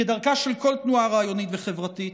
כדרכה של כל תנועה רעיונית וחברתית,